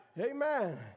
Amen